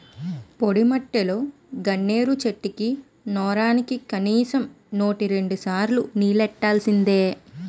పొడిమట్టిలో గన్నేరు చెట్లకి వోరానికి కనీసం వోటి రెండుసార్లు నీల్లెట్టాల్సిందే